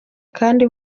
kandi